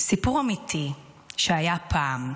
סיפור אמיתי שהיה פעם,